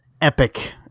Epic